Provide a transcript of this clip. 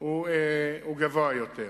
הוא גדול יותר.